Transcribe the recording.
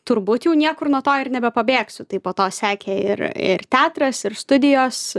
turbūt jau niekur nuo to ir nebepabėgsiu tai po to sekė ir ir teatras ir studijos